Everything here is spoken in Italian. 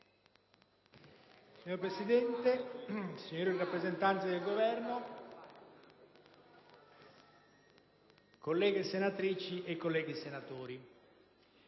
Signora Presidente, signori rappresentanti del Governo, colleghe senatrici e colleghi senatori,